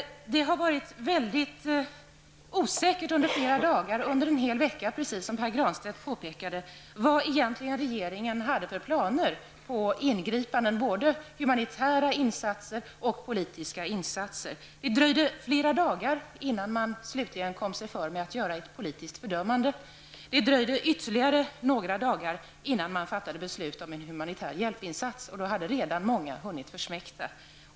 Det har varit väldigt osäkert under en hel vecka, precis som Pär Granstedt påpekade, vad regeringen hade för planer på ingripanden när det gäller både humanitära och politiska insatser. Det dröjde flera dagar innan man slutligen kom sig för att göra ett politiskt fördömande. Det dröjde ytterligare några dagar innan man fattade beslut om en humanitär hjälpinsats, och då hade redan många hunnit försmäkta.